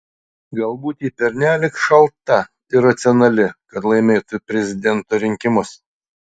galbūt ji pernelyg šalta ir racionali kad laimėtų prezidento rinkimus